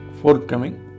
forthcoming